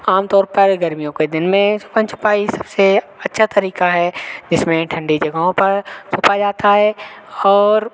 आम तौर पर गर्मियों के दिन में छुपन छुपाई सबसे अच्छा तरीका है जिसमें ठंडी जगहों पर छुपा जाता है और